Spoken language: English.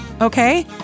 okay